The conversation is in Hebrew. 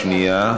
שנייה.